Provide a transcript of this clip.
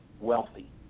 wealthy